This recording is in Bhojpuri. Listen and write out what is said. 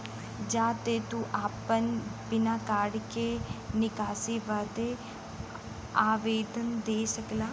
जा के तू आपन बिना कार्ड के निकासी बदे आवेदन दे सकेला